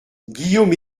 guillaume